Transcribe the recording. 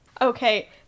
Okay